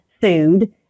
food